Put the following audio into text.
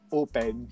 open